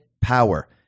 power